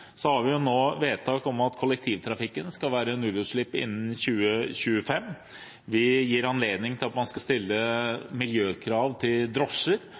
vi nå har fått vedtak om at det skal være nullutslipp i kollektivtrafikken innen 2025. Vi gir anledning til å stille miljøkrav til drosjer